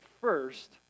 first